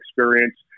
experience